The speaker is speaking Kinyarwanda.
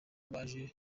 baje